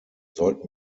sollten